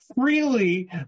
freely